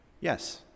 Yes